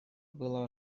было